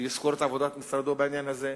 שיסקור את עבודת משרדו בעניין הזה.